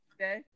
Okay